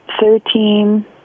Thirteen